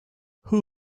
who